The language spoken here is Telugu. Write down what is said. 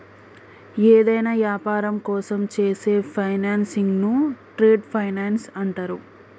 యేదైనా యాపారం కోసం చేసే ఫైనాన్సింగ్ను ట్రేడ్ ఫైనాన్స్ అంటరు